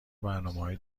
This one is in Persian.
برنامههای